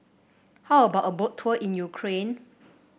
how about a Boat Tour in Ukraine